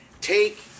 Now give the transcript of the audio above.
take